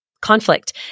conflict